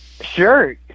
Sure